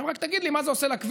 עכשיו, תגיד לי מה זה עושה לכביש.